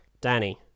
Danny